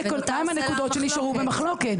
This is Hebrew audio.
מה הנקודות שנשארו במחלוקת.